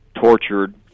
tortured